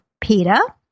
PETA